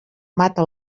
mata